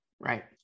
Right